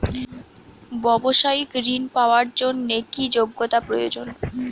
ব্যবসায়িক ঋণ পাওয়ার জন্যে কি যোগ্যতা প্রয়োজন?